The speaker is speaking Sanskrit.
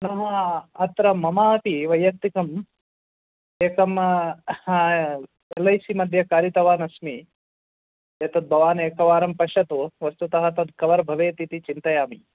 पुनः अत्र मम अपि वैयक्तिकम् एकं एल् ऐ सिमध्ये कारितवान् अस्मि एतद् भवान् एकवारं पश्यतु वस्तुतः तद् कवर् भवेत् इति चिन्तयामि